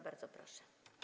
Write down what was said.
Bardzo proszę.